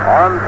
on